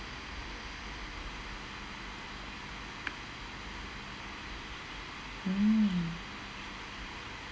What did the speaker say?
mm